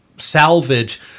salvage